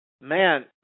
man